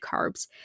carbs